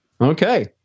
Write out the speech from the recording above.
Okay